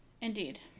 Indeed